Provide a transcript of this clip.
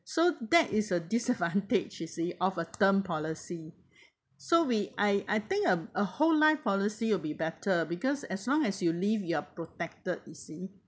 so that is a disadvantage you see of a term policy so we I I think a a whole life policy will be better because as long as you live you are protected you see